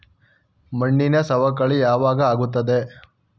ಮಣ್ಣಿನ ಸವಕಳಿ ಯಾವಾಗ ಆಗುತ್ತದೆ?